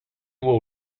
will